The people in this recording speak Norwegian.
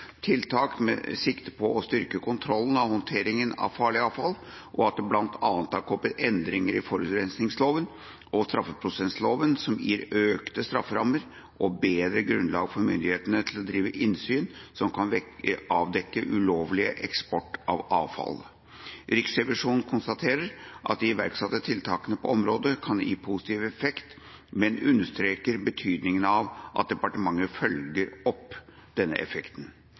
tiltak med sikte på å styrke kontrollen med håndteringa av farlig avfall, og at det bl.a. har kommet endringer av forurensningsloven og straffeprosessloven som gir økte strafferammer og bedre grunnlag for myndighetene til å drive innsyn som kan avdekke ulovlig eksport av avfall. Riksrevisjonen konstaterer at de iverksatte tiltakene på området kan gi positiv effekt, men understreker betydninga av at departementet følger opp denne effekten.